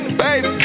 baby